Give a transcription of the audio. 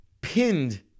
pinned